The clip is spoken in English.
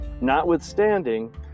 notwithstanding